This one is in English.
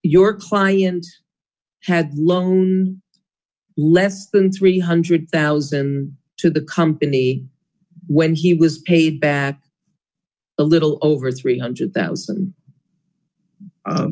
your client had lung less than three hundred thousand and two the company when he was paid bat a little over three hundred thousand